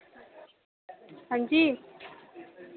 हांजी